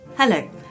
Hello